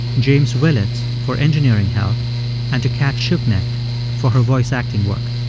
james willetts for engineering help and to cat schuknecht for her voice acting work.